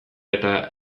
eta